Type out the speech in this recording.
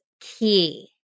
key